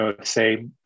say